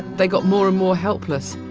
they got more and more helpless